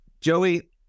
Joey